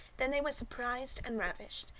then they were surprised and ravished,